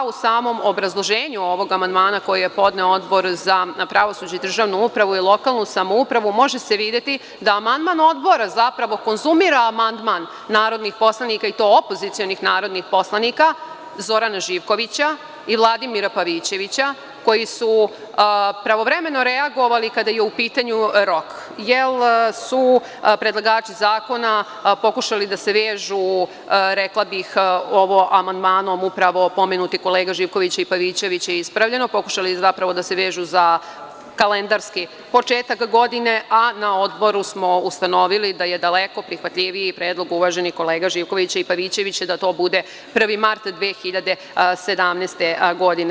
U samom obrazloženju ovog amandmana, koji je podneo Odbor za pravosuđe, državnu upravu i lokalnu samoupravu, može se videti da amandman Odbora zapravo konzumira amandman narodnih poslanika, i to opozicionih narodnih poslanika Zorana Živkovića i Vladimira Pavićevića, koji su pravovremeno reagovali kada je u pitanju rok, jer su predlagači zakona pokušali da se vežu, rekla bih, upravo za amandman pomenutih kolega Živkovića i Pavićevića, ispravljeno, pokušali zapravo da se vežu za kalendarski početak godine, a na Odboru smo ustanovili da je daleko prihvatljiviji predlog uvaženih kolega Živkovića i Pavićevića, da to bude 1. mart 2017. godine.